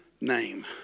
name